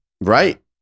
right